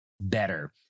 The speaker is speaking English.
better